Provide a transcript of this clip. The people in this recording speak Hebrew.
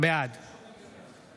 בעד